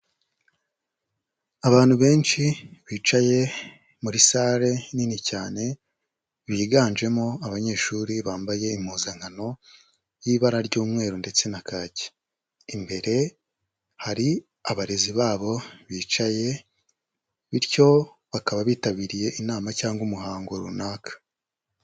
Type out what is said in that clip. Abantu benshi bicaye muri salle nini cyane, biganjemo abanyeshuri bambaye impuzankano y'ibara ry'umweru ndetse na kake, imbere hari abarezi babo bicaye bityo bakaba bitabiriye inama cyangwa umuhango runaka.